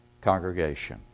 congregation